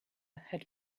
had